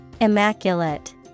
Immaculate